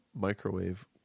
microwave